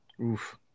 Oof